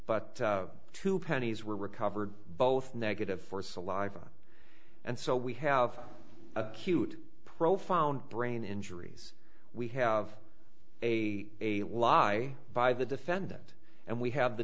but two pennies were recovered both negative for saliva and so we have acute profound brain injuries we have a lot i by the defendant and we have the